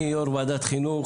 אני יו"ר ועדת החינוך,